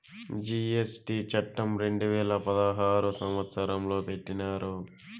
GST చట్టం రెండు వేల పదహారు సంవత్సరంలో పెట్టినారు